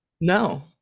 No